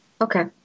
Okay